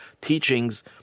teachings